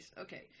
Okay